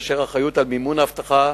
כאשר האחריות על מימון האבטחה